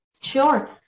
Sure